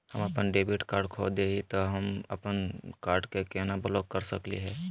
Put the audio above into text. हम अपन debit card खो दे ही, त हम अप्पन कार्ड के केना ब्लॉक कर सकली हे?